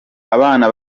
abana